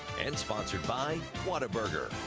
and sponsored by whataburger.